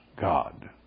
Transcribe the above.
God